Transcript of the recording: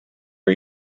are